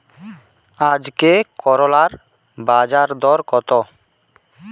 আজকে করলার বাজারদর কত?